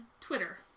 Twitter